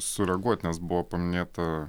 sureaguot nes buvo paminėta